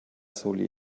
soli